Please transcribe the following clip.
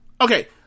Okay